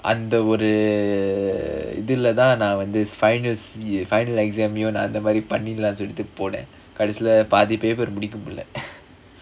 அந்த இரு இதுல தான் நான் வந்து:andha iru idhula naan vandhu final final exam நான் அந்த மாதிரி பண்ணிடலாம்னு சொல்லிட்டு போனேன் கடைசில பாதி:naan andha maadhiri panidalaamnu sollitu ponaen kadaisila paathi paper முடிக்க முடியல:mudikka mudiyala